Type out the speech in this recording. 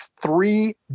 three